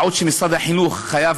מה עוד שמשרד החינוך חייב,